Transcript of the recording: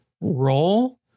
role